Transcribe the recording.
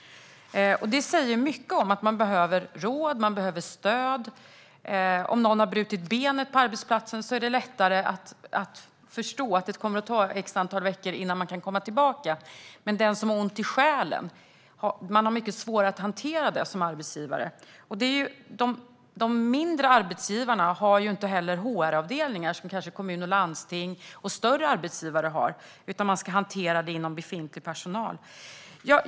Det säger mycket om att man behöver råd och stöd. Om någon på arbetsplatsen har brutit benet är det lättare att förstå att det kommer att ta ett antal veckor innan man kan komma tillbaka, men det är svårare att som arbetsgivare hantera den som har ont i själen. De mindre arbetsgivarna har ju inte heller HR-avdelningar som kanske kommuner och landsting och större arbetsgivare har, utan man ska hantera det inom befintlig personal.